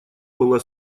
была